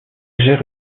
gère